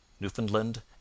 Newfoundland